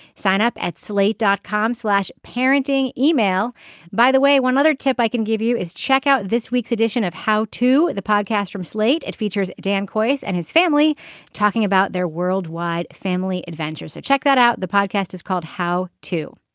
sign up at slate dot com slash parenting yeah e-mail by the way one other tip i can give you is check out this week's edition of how to the podcast from slate. it features dan kois and his family talking about their worldwide family adventure so check that out the podcast is called how to.